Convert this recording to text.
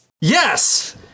Yes